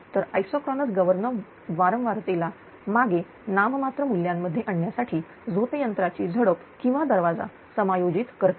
तर isochronous governor वारंवारतेला मागे नाम मात्र मूल्यांमध्ये आणण्यासाठी झोत यंत्राची झडप किंवा दरवाजा समायोजित करते